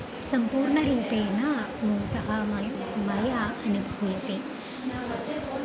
सम्पूर्णरूपेण मृतः मया मया अनुभूयते